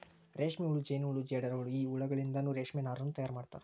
ರೇಷ್ಮೆಹುಳ ಜೇನಹುಳ ಜೇಡರಹುಳ ಈ ಹುಳಗಳಿಂದನು ರೇಷ್ಮೆ ನಾರನ್ನು ತಯಾರ್ ಮಾಡ್ತಾರ